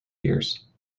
years